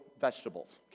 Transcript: vegetables